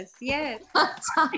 yes